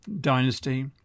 dynasty